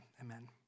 amen